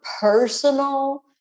personal